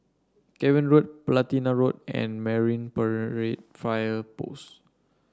Cavan Road Platina Road and Marine Parade Fire Post